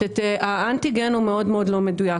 האנטיגן מאוד לא מדויק.